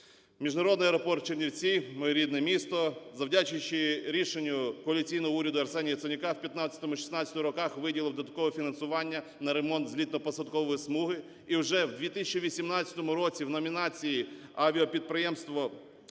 Міжнародний аеропорт "Чернівці", моє рідне місто, завдячуючи рішенню коаліційного уряду Арсенія Яценюка в 2015-2016 роках виділило додаткове фінансування на ремонт злітно-посадкової смуги, і вже в 2018 році в номінації "Авіапідприємство